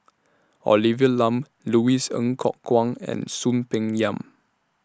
Olivia Lum Louis Ng Kok Kwang and Soon Peng Yam